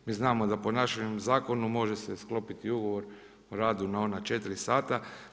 Mi znamo da po našem zakonu može se sklopiti ugovor o radu na ona četiri sata.